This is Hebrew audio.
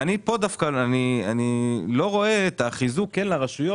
פה אני לא רואה את החיזוק לרשויות.